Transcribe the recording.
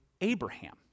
Abraham